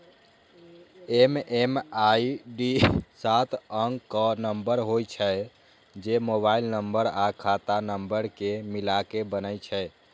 MMID सात अंकक number होइ छै, जे मोबाइल नंबर आ खाता नंबर कें मिलाके बनै छै